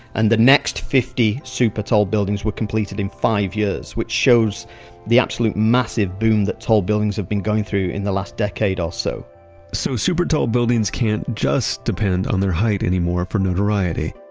and the next fifty super tall buildings were completed in five years, which shows the absolute massive boom that tall buildings have been going through in the last decade or so so super tall buildings can't just depend on their height anymore for notoriety,